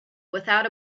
without